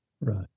Right